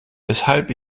weshalb